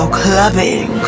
clubbing